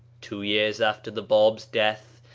two years after the bab's death,